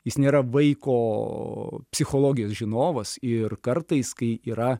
jis nėra vaiko psichologijos žinovas ir kartais kai yra